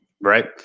right